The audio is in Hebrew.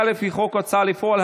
(גבייה לפי חוק ההוצאה לפועל),